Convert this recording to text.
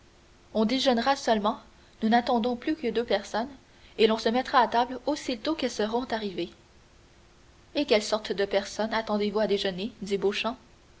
on déjeunera seulement nous n'attendons plus que deux personnes et l'on se mettra à table aussitôt qu'elles seront arrivées et quelles sortes de personnes attendez-vous à déjeuner